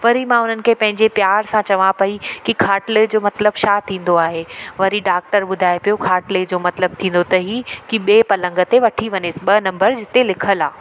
वरी मां हुननि खे पंहिंजे प्यार सां चवां पई की खाटिले जो मतिलब छा थींदो आहे वरी डॉक्टर ॿुधाए पियो खाटिले जो मतिलब थींदो अथई की ॿिए पलंग ते वठी वञेसि ॿ नंबर जिते लिखियलु आहे